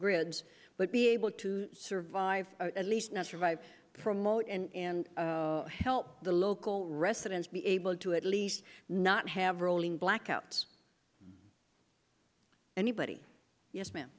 grid but be able to survive at least not survive promote and help the local residents be able to at least not have rolling blackouts anybody yes ma'am